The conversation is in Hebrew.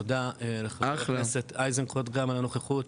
תודה לחבר הכנסת איזנקוט גם על הנוכחות,